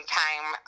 time